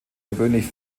gewöhnlich